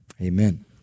amen